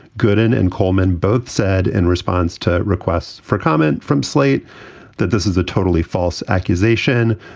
goodin and coleman both said in response to requests for comment from slate that this is a totally false accusation.